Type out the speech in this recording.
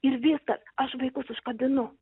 ir viskas aš vaikus užkabinu